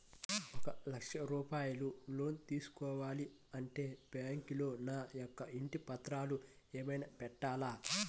ఒక లక్ష రూపాయలు లోన్ తీసుకోవాలి అంటే బ్యాంకులో నా యొక్క ఇంటి పత్రాలు ఏమైనా పెట్టాలా?